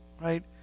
Right